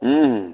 हुँ हुँ